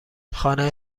خانه